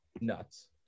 Nuts